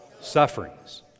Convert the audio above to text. sufferings